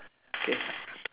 okay